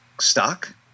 stock